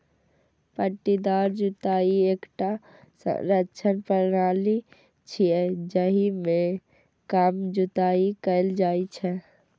पट्टीदार जुताइ एकटा संरक्षण प्रणाली छियै, जाहि मे कम जुताइ कैल जाइ छै